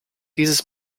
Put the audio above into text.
dieses